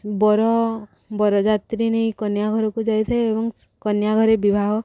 ବର ବର ଯାତ୍ରୀ ନେଇ କନ୍ୟା ଘରକୁ ଯାଇଥାଏ ଏବଂ କନ୍ୟା ଘରେ ବିବାହ